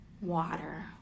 water